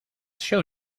show